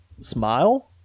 smile